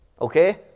okay